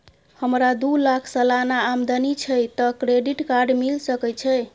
हमरा दू लाख सालाना आमदनी छै त क्रेडिट कार्ड मिल सके छै?